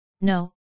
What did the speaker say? No